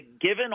Given